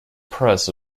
press